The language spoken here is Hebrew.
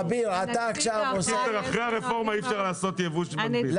אחרי הרפורמה אי אפשר לעשות יבוא מקביל.